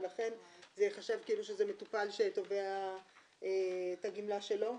ולכן זה ייחשב כאילו שזה מטופל שתובע את הגמלה שלו.